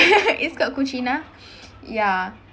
it's called cucina ya